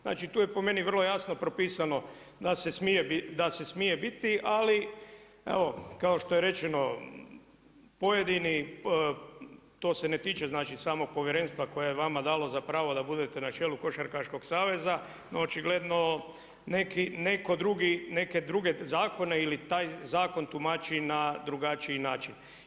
Znači tu je po meni vrlo jasno propisano da se smije biti, ali evo kao što je rečeno pojedini, to se ne tiče znači samog Povjerenstva koje je vama dalo za pravo da budete na čelu košarkaškog saveza, no očigledno neke druge zakone ili taj zakon tumači na drugačiji način.